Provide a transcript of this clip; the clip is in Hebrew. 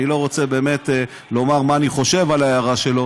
אני לא רוצה באמת לומר מה אני חושב על ההערה שלו,